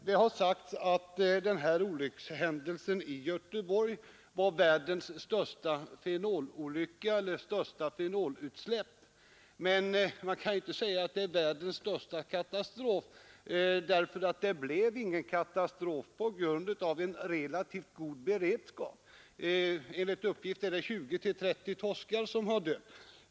Det har sagts att olyckshändelsen i Göteborg var världens största fenolutsläpp, men man kan inte påstå att den var världens största katastrof på området. Det blev nämligen ingen katastrof på grund av en relativt god beredskap. Enligt uppgift är det 20—30 torskar som har dött.